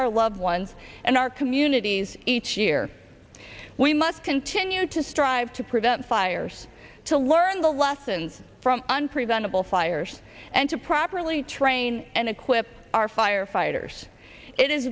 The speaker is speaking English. our loved ones and our communities each year we must continue to strive to prevent fires to learn the lessons from unpreventable fires and to properly train and equip our firefighters it is